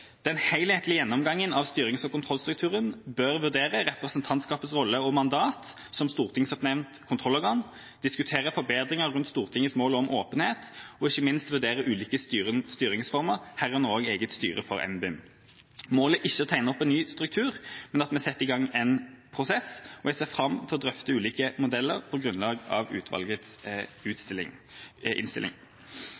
Den helhetlige gjennomgangen av styrings- og kontrollstrukturen bør vurdere representantskapets rolle og mandat som stortingsoppnevnt kontrollorgan, diskutere forbedringer rundt Stortingets mål om åpenhet og ikke minst vurdere ulike styringsformer, herunder også eget styre for NBIM. Målet er ikke å tegne opp en ny struktur, men at vi setter i gang en prosess. Jeg ser fram til å drøfte ulike modeller på grunnlag av utvalgets innstilling.